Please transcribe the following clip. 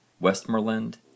Westmoreland